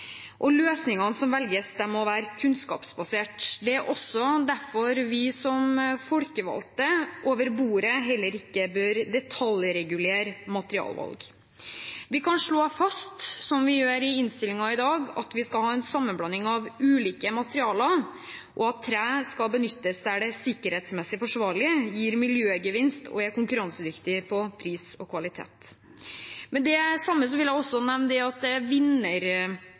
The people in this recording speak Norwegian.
og løsningene som velges, må være kunnskapsbaserte. Det er også derfor vi som folkevalgte over bordet ikke bør detaljregulere materialvalg. Vi kan slå fast, som vi gjør i innstillingen i dag, at vi skal ha en sammenblanding av ulike materialer, og at tre skal benyttes der det er sikkerhetsmessig forsvarlig, gir miljøgevinst og er konkurransedyktig på pris og kvalitet. Med det samme vil jeg også nevne at i arkitektkonkurransens vinnerprosjekt, «Adapt», er det